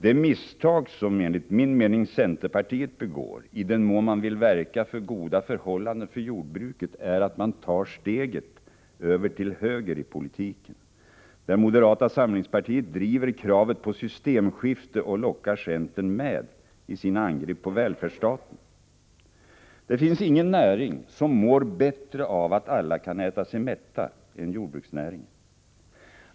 Det misstag som, enligt min mening, centern begår, i den mån centern vill verka för goda förhållanden för jordbruket, är att centern tar steget över till höger i politiken, där moderata samlingspartiet driver kravet på systemskifte och lockar centern med i sina angrepp på välfärdsstaten. Det finns ingen näring som mår bättre av att alla kan äta sig mätta än jordbruksnäringen.